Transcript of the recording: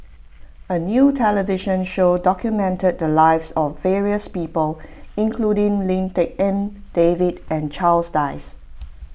a new television show documented the lives of various people including Lim Tik En David and Charles Dyce